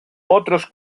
otros